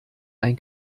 ein